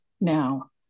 now